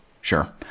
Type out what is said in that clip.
sure